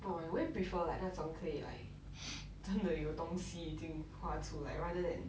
but then !wah! 我又 prefer like 那种可以 like 真的有东西已经画出来 like rather than